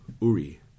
Uri